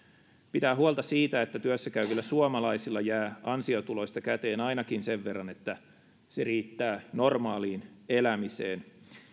pitää huolta siitä että työssäkäyvillä suomalaisilla jää ansiotuloista käteen ainakin sen verran että se riittää normaaliin elämiseen